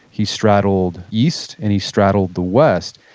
he straddled east and he straddled the west.